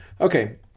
Okay